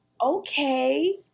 okay